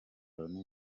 loni